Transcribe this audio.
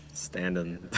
Standing